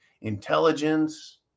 intelligence